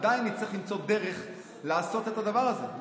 עדיין צריכים למצוא דרך לעשות את הדבר הזה,